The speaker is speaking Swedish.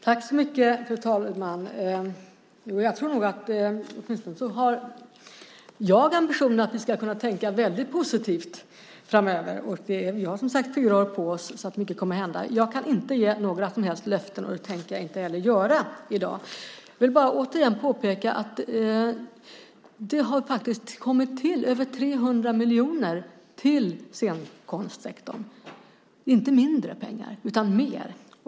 Fru talman! Åtminstone har jag ambitionen att vi ska kunna tänka väldigt positivt framöver. Vi har, som sagt, fyra år på oss, så mycket kommer att hända. Jag kan inte ge några som helst löften. Det tänker jag inte heller göra i dag. Jag vill bara återigen påpeka att det har kommit till över 300 miljoner till scenkonstsektorn. Det är inte mindre pengar utan mer.